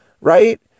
Right